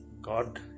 God